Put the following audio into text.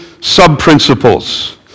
sub-principles